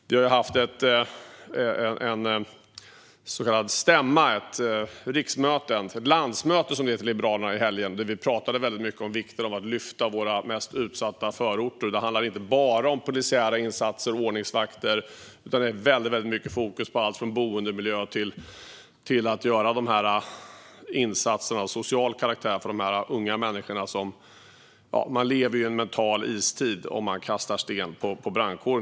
Vi har haft en så kallad stämma eller riksmöte - ett landsmöte som det heter i Liberalerna - i helgen där vi pratade mycket om vikten av att lyfta våra mest utsatta förorter. Då handlar det inte bara om polisiära insatser och ordningsvakter, utan det är mycket fokus på allt från boendemiljö till att göra insatser av social karaktär för de unga människor som gör så här. Man lever ju i en mental istid om man kastar sten på brandkåren.